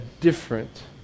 different